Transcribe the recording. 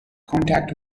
contact